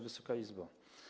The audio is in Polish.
Wysoka Izbo!